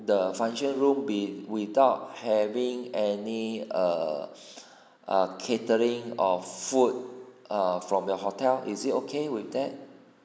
the function room be without having any err uh catering of food err from your hotel is it okay with that